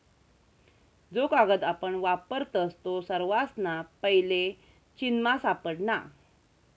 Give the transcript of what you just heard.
जो कागद आपण वापरतस तो सर्वासना पैले चीनमा सापडना